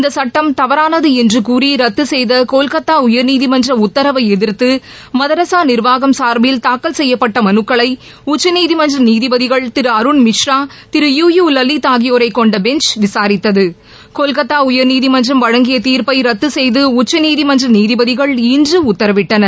இந்த சுட்டம் தவறானது என்று கூறி ரத்து செய்த கொல்கத்தா உயர்நீதிமன்ற உத்தவை எதிர்த்து மதரஸா நிர்வாகம் சார்பில் தாக்கல் செய்யப்பட்ட மனுக்களை உச்சநீதிமன்ற நீதிபதிகள் திரு அருண்மிஸ்ரா திரு யு யு லலித் ஆகியோரை கொண்ட பெஞ்ச் விசாரித்தது கொல்கத்தா உயர்நீதிமன்றம் வழங்கிய தீர்ப்பை ரத்து செய்து உச்சநீதிமன்ற நீதிபதிகள் இன்று உத்தரவிட்டனர்